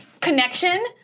Connection